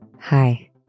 Hi